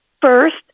first